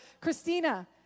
Christina